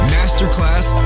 Masterclass